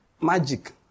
Magic